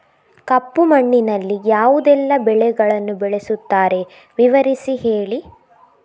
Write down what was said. ಕಪ್ಪು ಮಣ್ಣಿನಲ್ಲಿ ಯಾವುದೆಲ್ಲ ಬೆಳೆಗಳನ್ನು ಬೆಳೆಸುತ್ತಾರೆ ವಿವರಿಸಿ ಹೇಳಿ